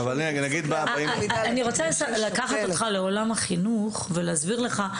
אני רוצה לקחת אותך לעולם החינוך, ולהסביר לך: